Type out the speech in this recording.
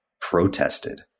protested